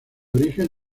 origen